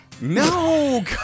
No